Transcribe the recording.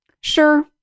Sure